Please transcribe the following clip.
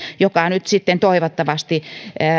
joka nyt sitten toivottavasti